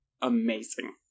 amazing